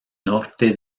norte